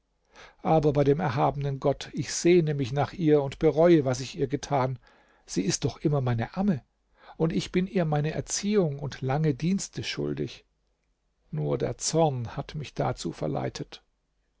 aber bei dem erhabenen gott ich sehne mich nach ihr und bereue was ich ihr getan sie ist doch immer meine amme und ich bin ihr meine erziehung und lange dienste schuldig nur der zorn hat mich dazu verleitet